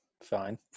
Fine